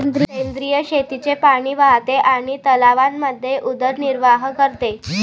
सेंद्रिय शेतीचे पाणी वाहते आणि तलावांमध्ये उदरनिर्वाह करते